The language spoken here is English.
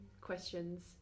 questions